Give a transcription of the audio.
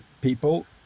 people